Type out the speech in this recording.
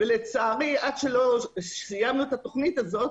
לצערי עד שלא סיימנו את התכנית הזאת,